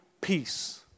peace